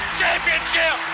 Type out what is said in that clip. championship